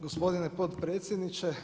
Gospodine potpredsjedniče.